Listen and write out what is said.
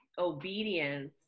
obedience